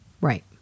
Right